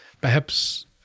Perhaps-